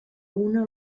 una